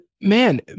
man